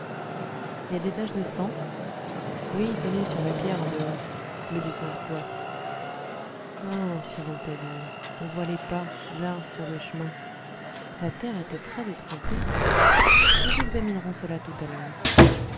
il y a des taches de sang oui tenez là sur la pierre en dehors mais du sang de quoi ah fit rouletabille on voit les pas là sur le chemin la terre était très détrempée nous examinerons cela tout à l'heure